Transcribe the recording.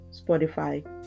Spotify